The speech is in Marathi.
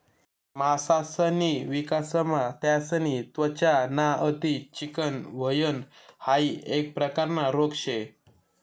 मासासनी विकासमा त्यासनी त्वचा ना अति चिकनं व्हयन हाइ एक प्रकारना रोग शे